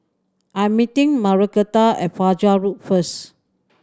I'm meeting Margretta at Fajar Road first